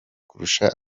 kurusha